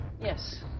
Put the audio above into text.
yes